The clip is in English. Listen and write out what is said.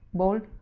bold,